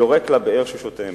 יורק לבאר שהוא שותה ממנה.